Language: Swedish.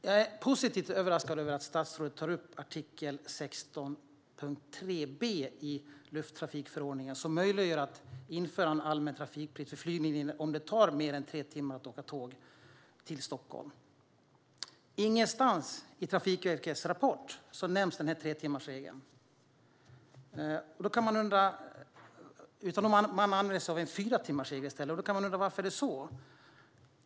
Jag är positivt överraskad över att statsrådet tar upp artikel 16.3 b i lufttrafikförordningen, som möjliggör ett införande av en allmän trafikplikt för flyglinje om det tar mer än tre timmar att åka tåg, till exempel till Stockholm. Ingenstans i Trafikverkets rapport nämns tretimmarsregeln, utan de har i stället använt sig av en fyratimmarslinje. Man kan undra varför det är så.